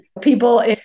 people